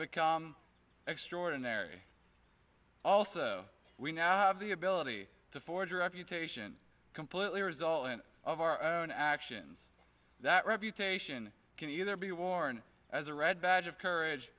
become extraordinary also we now have the ability to forge a reputation completely a result of our own actions that reputation can either be worn as a red badge of courage